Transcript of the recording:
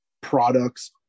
products